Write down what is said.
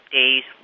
days